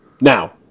Now